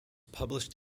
published